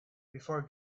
before